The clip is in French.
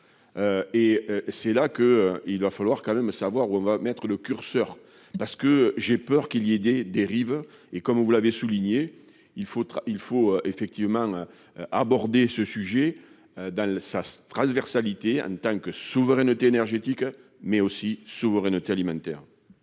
et c'est là que, il va falloir quand même savoir où on va mettre le curseur parce que j'ai peur qu'il y ait des dérives et comme vous l'avez souligné il faut il faut effectivement abordé ce sujet dans sa transversalité hein tant que souveraineté énergétique mais aussi souveraineté alimentaire.